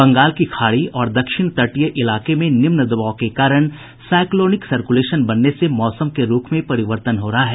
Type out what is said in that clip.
बंगाल की खाड़ी और दक्षिण तटीय इलाके में निम्न दबाव के कारण साईक्लोनिक सर्कुलेशन बनने से मौसम के रूख में परिवर्तन हो रहा है